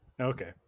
Okay